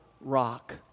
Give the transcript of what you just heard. rock